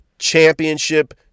championship